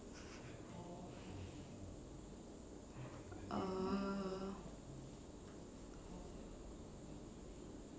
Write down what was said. err